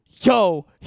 yo